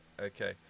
Okay